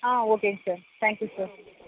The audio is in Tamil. ஆ ஓகேங்க சார் தேங்க் யூ சார்